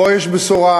פה יש בשורה,